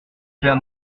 père